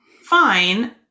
fine